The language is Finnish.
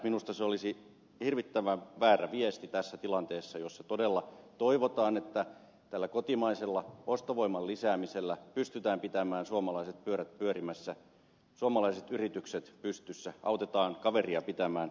minusta se olisi hirvittävän väärä viesti tässä tilanteessa jossa todella toivotaan että tällä kotimaisella ostovoiman lisäämisellä pystytään pitämään suomalaiset pyörät pyörimässä suomalaiset yritykset pystyssä autetaan kaveria pitämään työpaikkansa